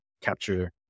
capture